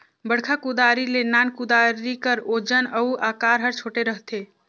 बड़खा कुदारी ले नान कुदारी कर ओजन अउ अकार हर छोटे रहथे